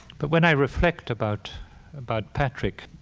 but when i reflect about about patrick,